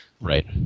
Right